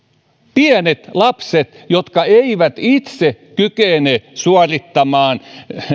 pienet lapset jotka eivät itse kykene suorittamaan